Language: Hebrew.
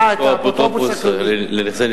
אולי נקרא לה "רכבת השלום" במקרה הזה.